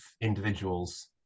individuals